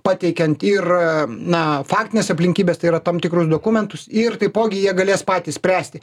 pateikiant ir na faktines aplinkybes tai yra tam tikrus dokumentus ir taipogi jie galės patys spręsti